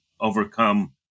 overcome